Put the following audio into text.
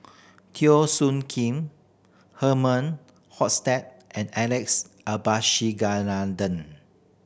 Teo Soon Kim Herman Hochstadt and Alex Abisheganaden